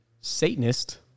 Satanist